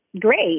great